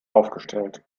aufgestellt